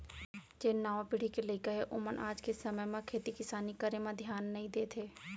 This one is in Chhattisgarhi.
जेन नावा पीढ़ी के लइका हें ओमन आज के समे म खेती किसानी करे म धियान नइ देत हें